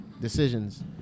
decisions